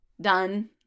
done